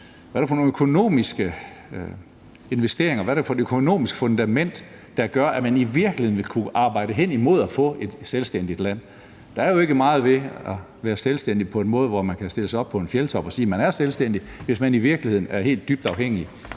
Hvad er det for nogle økonomiske investeringer, og hvad er det for et økonomisk fundament, der gør, at man i virkeligheden ville kunne arbejde hen imod at få et selvstændigt land? Der er jo ikke meget ved at være selvstændig på en måde, hvor man kan stille sig op på en fjeldtop og sige, at man er selvstændig, hvis man i virkeligheden er helt dybt afhængig